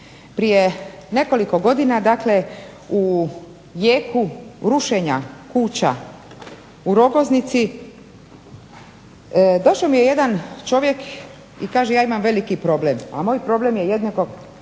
Prije nekoliko godina, dakle u jeku rušenja kuća u Rogoznici došao mi je jedan čovjek i kaže ja imam veliki problem, a moj problem je jednako